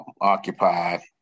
occupied